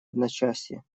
одночасье